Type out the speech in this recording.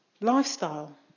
lifestyle